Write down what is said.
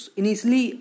initially